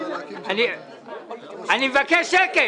גפני, אסור להצביע עכשיו.